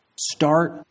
Start